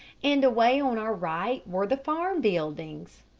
and away on our right were the farm buildings.